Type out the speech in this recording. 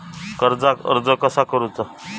कर्जाक अर्ज कसा करुचा?